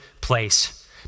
place